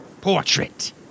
Portrait